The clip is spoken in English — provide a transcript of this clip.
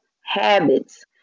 habits